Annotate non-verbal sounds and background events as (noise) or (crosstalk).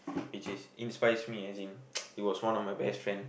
which is inspires me as in (noise) it was one of my best friend